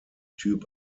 typ